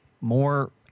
more –